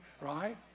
right